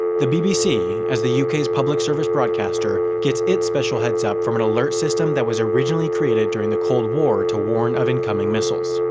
the bbc as the uk's public service broadcaster gets its special heads up from an alert system that was originally created during the cold war to warn of incoming missiles.